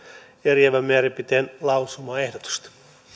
eriävän mielipiteen lausumaehdotusta